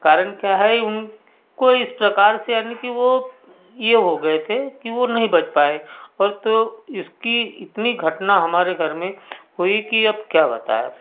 कारण क्या है उनको इस प्रकार से यानी कि वो ये हो गए थे कि वो नहीं बच पाए और तो इसकी इतनी घटना हमारे घर में हुई कि अब क्या बताए